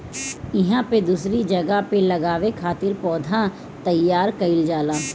इहां पे दूसरी जगह पे लगावे खातिर पौधा तईयार कईल जाला